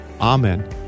Amen